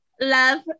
Love